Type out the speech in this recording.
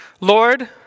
Lord